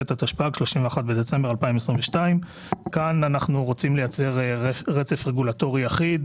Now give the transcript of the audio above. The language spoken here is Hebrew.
התשפ"ג (31 בדצמבר 2022)". אנחנו רוצים לייצר רצף רגולטורי אחיד,